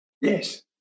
Yes